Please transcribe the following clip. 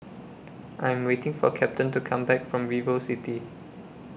I Am waiting For Captain to Come Back from Vivocity